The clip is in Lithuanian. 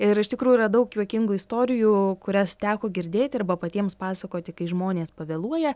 ir iš tikrųjų yra daug juokingų istorijų kurias teko girdėti arba patiems pasakoti kai žmonės pavėluoja